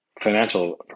financial